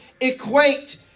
equate